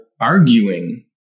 arguing